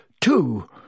two